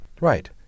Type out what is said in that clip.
Right